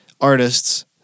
artists